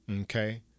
Okay